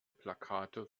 plakate